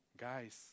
guys